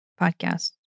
podcast